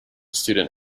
student